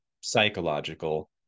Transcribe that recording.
psychological